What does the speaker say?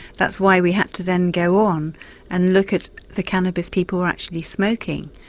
that's why we had to then go on and look at the cannabis people were actually smoking,